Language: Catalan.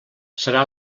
serà